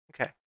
Okay